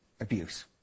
abuse